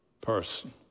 person